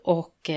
och